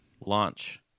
launch